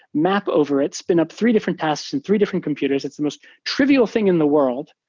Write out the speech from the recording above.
map over it, spin up three different tasks in three different computers. it's the most trivial thing in the world,